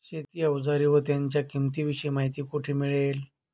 शेती औजारे व त्यांच्या किंमतीविषयी माहिती कोठे मिळेल?